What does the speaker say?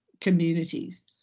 communities